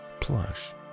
plush